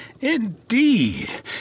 Indeed